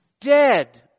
Dead